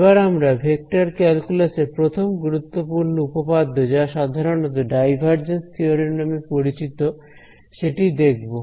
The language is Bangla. এবার আমরা ভেক্টর ক্যালকুলাস এর প্রথম গুরুত্বপূর্ণ উপপাদ্য যা সাধারণত ডাইভারজেন্স থিওরেম নামে পরিচিত সেটি দেখব